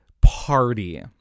party